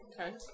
Okay